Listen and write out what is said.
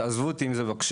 תעזבו אותי עם זה בבקשה,